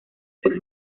por